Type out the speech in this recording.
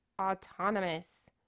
autonomous